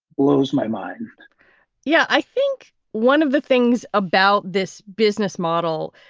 blows my mind yeah. i think one of the things about this business model,